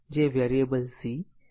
તો આપણે path testing કેવી રીતે કરીએ